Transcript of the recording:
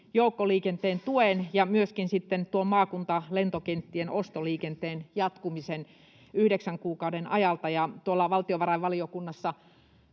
joukkoliikenteen tuen ja myöskin maakuntalentokenttien ostoliikenteen jatkumisen yhdeksän kuukauden ajalta. Valtiovarainvaliokunnassa